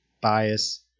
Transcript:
bias